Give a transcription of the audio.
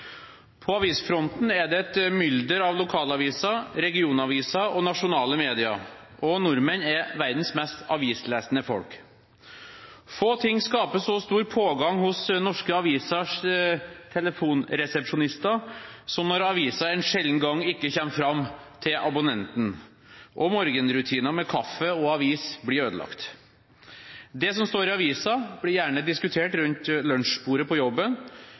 På avisfronten er det et mylder av lokalaviser, regionaviser og nasjonale medier, og nordmenn er verdens mest avislesende folk. Få ting skaper så stor pågang hos norske avisers telefonresepsjonister som når avisen en sjelden gang ikke kommer fram til abonnenten og morgenrutiner med kaffe og avis blir ødelagt. Det som står i avisen, blir gjerne diskutert rundt lunsjbordet på jobben